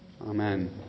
Amen